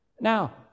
Now